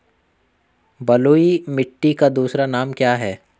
बलुई मिट्टी का दूसरा नाम क्या है?